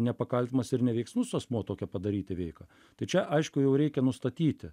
nepakaltinamas ir neveiksnus asmuo tokią padaryti veiką tai čia aišku jau reikia nustatyti